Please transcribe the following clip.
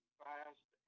fast